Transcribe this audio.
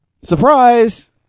Surprise